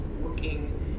working